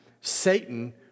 Satan